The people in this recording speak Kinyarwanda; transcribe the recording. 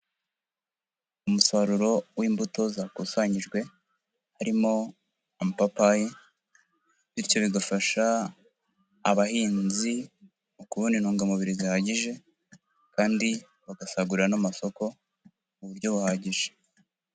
Umusaruro w'imbuto zakusanyijwe harimo amapapayi, bityo bigafasha abahinzi mu kubona intungamubiri zihagije kandi bagasagu n'amasoko mu buryo buhagije.